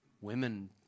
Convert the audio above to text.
Women